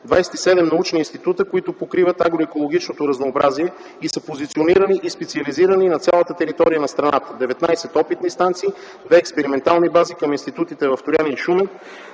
27 научни института, които покриват агроекологичното разнообразие и са позиционирани и специализирани на цялата територия на страната – 19 опитни станции, 2 експериментални бази към институтите в Троян и Шумен,